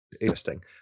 interesting